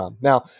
Now